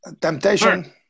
temptation